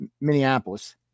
minneapolis